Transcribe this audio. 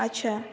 ଆଚ୍ଛା